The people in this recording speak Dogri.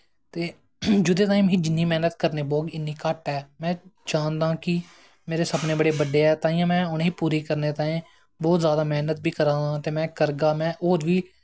ते जेह्दे कन्नै मिगी जिन्नी मैह्नत करनी पौग इन्नी घट्ट ऐ में चांह्दा कि मेरा सपने बड़े बड्डे ऐं ताहियें में उ'नें गी पूरे करने ताहीं में बौह्त जैदा मैह्नत बी करा दा ते होर बी